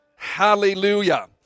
Hallelujah